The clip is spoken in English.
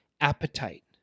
appetite